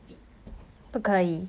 oh okay